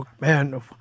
Man